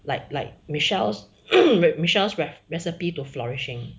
like like michelle's michelle's recipe to flourishing